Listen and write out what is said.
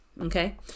Okay